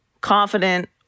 confident